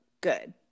good